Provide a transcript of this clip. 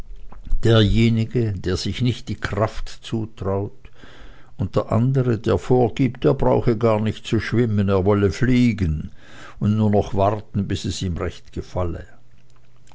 derjenige der sich nicht die kraft zutraut und der andere der vorgibt er brauche gar nicht zu schwimmen er wolle fliegen und nur noch warten bis es ihm recht gefalle